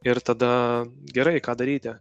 ir tada gerai ką daryti